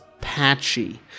patchy